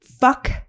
Fuck